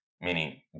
Meaning